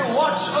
watch